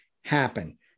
happen